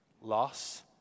loss